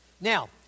Now